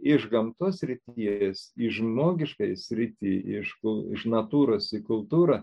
iš gamtos srities į žmogiškąją sritį iš kl iš natūros į kultūrą